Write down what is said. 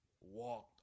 walked